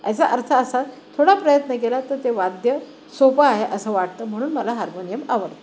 याचा अर्थ असा थोडा प्रयत्न केला तर ते वाद्य सोबं आहे असं वाटतं म्हणून मला हार्मोनियम आवडतं